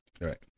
Right